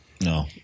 No